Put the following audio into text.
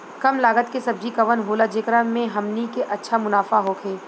कम लागत के सब्जी कवन होला जेकरा में हमनी के अच्छा मुनाफा होखे?